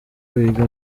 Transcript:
wiga